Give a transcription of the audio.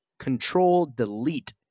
Control-Delete